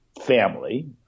family